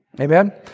amen